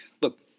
Look